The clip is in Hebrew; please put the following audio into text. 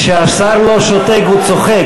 כשהשר לא שותק הוא צוחק,